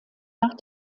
nach